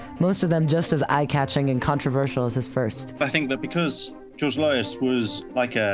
most of them just as eye-catching and controversial as his first. i think that because george lois was, like, yeah